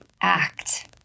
act